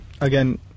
again